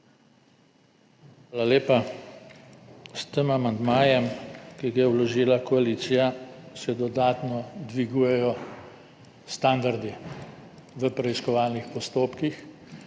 Hvala lepa. S tem amandmajem, ki ga je vložila koalicija, se dodatno dvigujejo standardi v preiskovalnih postopkih